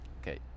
okay